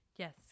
Yes